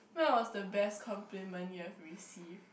that was the best complement you have received